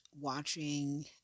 watching